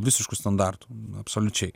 visišku standartu absoliučiai